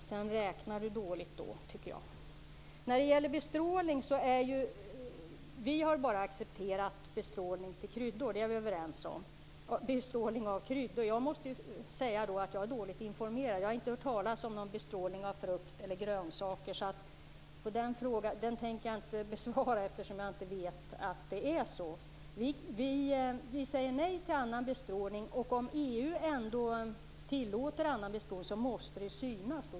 Jag tycker att Gudrun Lindvall räknar dåligt. Vi har bara accepterat bestrålning av kryddor - det är vi överens om. Jag är dåligt informerad. Jag har inte hört talas om bestrålning av frukt eller grönsaker. Jag tänker inte besvara den frågan, eftersom jag inte vet hur det är. Vi säger nej till annan bestrålning. Om EU ändå tillåter annan bestrålning måste det synas.